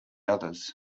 others